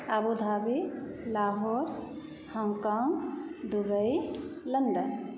Abu Dhabi Lahore Hong Kong Dubai London